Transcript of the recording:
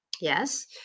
Yes